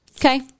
Okay